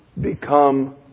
become